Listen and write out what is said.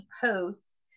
posts